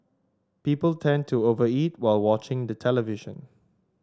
people tend to over eat while watching the television